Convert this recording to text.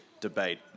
debate